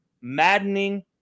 maddening